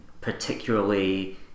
particularly